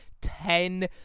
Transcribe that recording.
ten